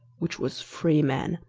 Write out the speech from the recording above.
which was freeman,